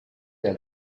der